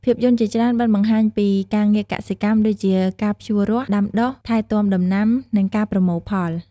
ភាពយន្តជាច្រើនបានបង្ហាញពី ការងារកសិកម្ម ដូចជាការភ្ជួររាស់ ដាំដុះ ថែទាំដំណាំ និងការប្រមូលផល។